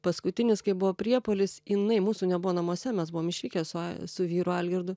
paskutinis kai buvo priepuolis jinai mūsų nebuvo namuose mes buvom išvykę su a su vyru algirdu